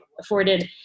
afforded